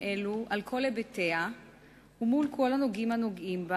אלו על כל היבטיה מול הגורמים הנוגעים בה.